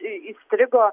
į įstrigo